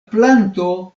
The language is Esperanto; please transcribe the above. planto